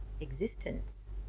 existence